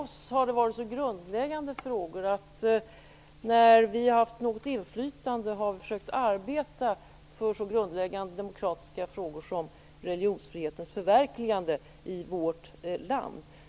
När vi har haft något inflytande har vi försökt att arbeta för så grundläggande demokratiska frågor som religionsfrihetens förverkligande i vårt land.